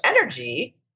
energy